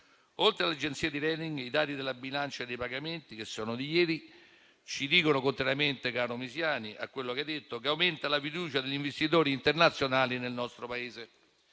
Oltre alle agenzie di *rating*, i dati della bilancia dei pagamenti, che sono di ieri, ci dicono contrariamente, caro Misiani, a quanto da lei detto, che aumenta la fiducia degli investitori internazionali nel nostro Paese.